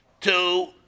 two